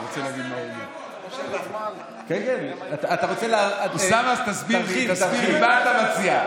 אוסאמה, תסביר מה אתה מציע.